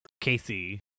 Casey